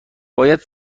باید